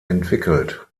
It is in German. entwickelt